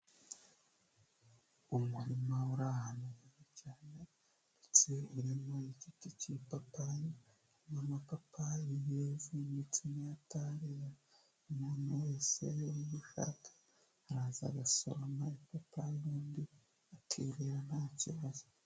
Umurima uri ahantu heza cyane ndetse urimo igiti cy'ipapayi ni amapapayi yeze ndetse ntayatarera, umuntu wese ubishaka araza agasoroma ipapayi ubundi akirira ntakibazo.